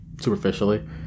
superficially